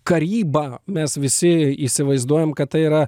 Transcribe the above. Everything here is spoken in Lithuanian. karybą mes visi įsivaizduojam kad tai yra